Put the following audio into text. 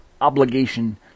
obligation